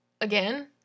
Again